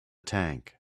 tank